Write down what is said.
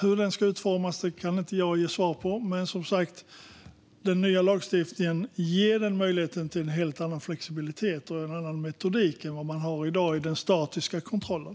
Hur den ska utformas kan jag inte ge svar på. Men den nya lagstiftningen ger, som sagt, möjlighet till en helt annan flexibilitet och en annan metodik än vad man har i dag i den statiska kontrollen.